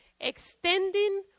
Extending